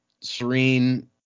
Serene